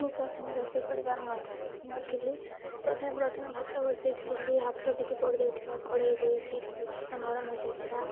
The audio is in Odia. ମୁଁ ପ୍ରଥମେ ରୋଷେଇ କରିବାର ନଥିଲି ପ୍ରଥମେ ପ୍ରଥମେ ଭାତ ବସେଇ ଥିଲି ହାତ ଟିକେ ପୋଡ଼ିଯାଇଥିଲା କଡ଼େଇ ଯାଇକି ଭାତ ନରମ ହେଇଯାଇଥିଲା